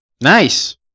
Nice